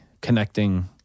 connecting